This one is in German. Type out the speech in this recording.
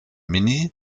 mini